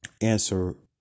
answer